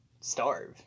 starve